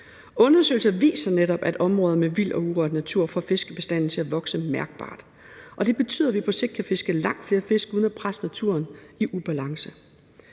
Undersøgelser viser netop, at områder med vild og urørt natur får fiskebestandene til at vokse mærkbart, og det betyder, at vi på sigt kan fiske langt flere fisk uden at presse naturen i ubalance.